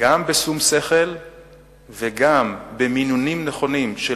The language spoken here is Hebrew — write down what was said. גם בשום שכל וגם במינונים נכונים של,